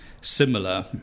similar